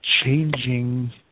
changing